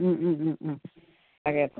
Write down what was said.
তাকে